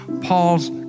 Paul's